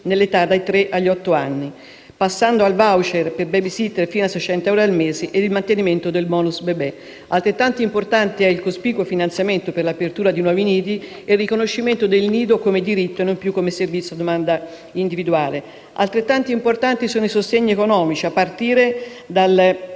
nell'età dai tre agli otto anni, passando al *voucher* per le *baby sitter* fino a 600 euro al mese e al mantenimento del *bonus* bebè. Altrettanto importanti sono il cospicuo finanziamento per l'apertura di nuovi nidi e il riconoscimento del nido come diritto e non più come servizio a domanda individuale. Altrettanto importanti sono i sostegni economici a partire dal